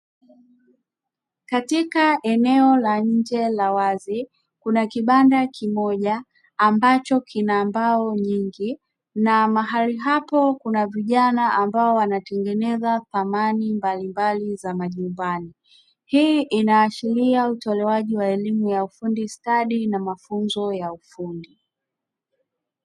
Katika eneo la nje la wazi, kuna kibanda kimoja ambacho kina mbao nyingi, na mahali hapo kuna vijana ambao wanatengeneza thamani mbalimbali za majumbani. Hii inaashiria utolewaji wa elimu ya ufundi stadi na mafunzo ya ufundi.